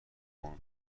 اون